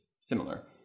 similar